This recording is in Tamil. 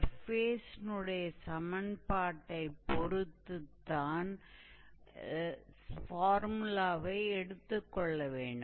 சர்ஃபேஸினுடைய சமன்பாட்டைப் பொறுத்துத்தான் ஃபார்முலாவை எடுத்துக்கொள்ள வேண்டும்